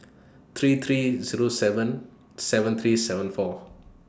three three Zero seven seven three seven four